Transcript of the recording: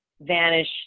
vanish